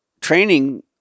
training